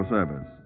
Service